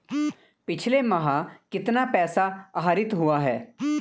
पिछले माह कितना पैसा आहरित हुआ है?